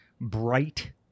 bright